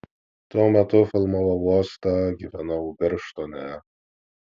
tuo metu filmavau uostą gyvenau birštone